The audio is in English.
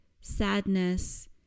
sadness